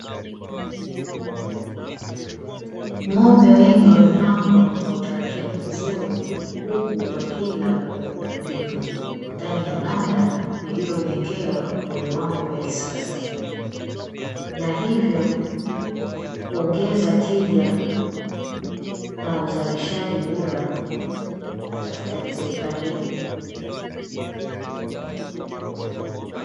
Ng'ombe wengi wamepangwa kwa utaratibu mzuri, huku wakila kwa utulivu ndani ya banda lililojengewa kwa viwango vya kisasa na hivyo huongeza tija na uzalishaji bora katika sekta hiyo.